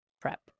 prep